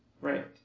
Right